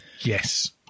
yes